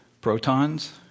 protons